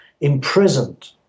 imprisoned